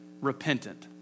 repentant